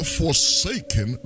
forsaken